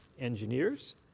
engineers